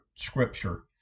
scripture